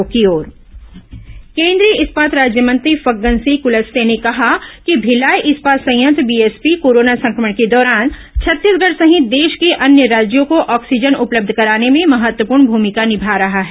केंद्रीय मंत्री ऑक्सीजन उत्पादन केंद्रीय इस्पात राज्यमंत्री फग्गन सिंह कुलस्ते ने कहा है कि भिलाई इस्पात संयंत्र बीएसपी कोरोना संक्रमण के दौरान छत्तीसगढ सहित देश के अन्य राज्यों को ऑक्सीजन उपलब्ध कराने में महत्वपूर्ण भूमिका निभा रहा है